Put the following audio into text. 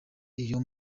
iyo